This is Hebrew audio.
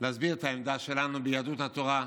אני רוצה להסביר את העמדה שלנו ביהדות התורה.